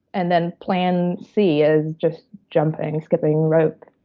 and then plan c is just jumping, skipping rope,